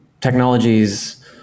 technologies